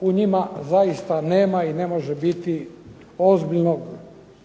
u njima zaista nema i ne može biti ozbiljnog